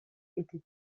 était